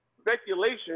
speculation